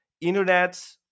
internet